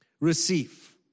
Receive